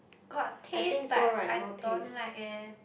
got taste but I don't like eh